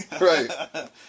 Right